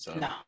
No